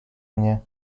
mnie